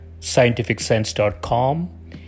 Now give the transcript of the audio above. scientificsense.com